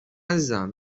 عزیزم